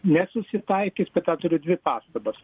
nesusitaikys bet da turiu dvi pastabas